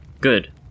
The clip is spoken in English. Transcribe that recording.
Good